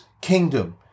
kingdom